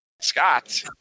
scott